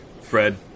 Fred